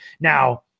now